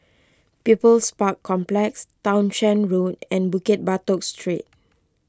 People's Park Complex Townshend Road and Bukit Batok Street